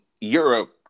Europe